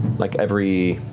like every